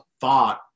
thought